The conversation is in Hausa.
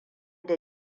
da